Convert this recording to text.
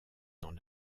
dans